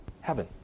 heaven